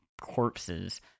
corpses